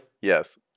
Yes